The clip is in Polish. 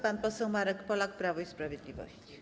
Pan poseł Marek Polak, Prawo i Sprawiedliwość.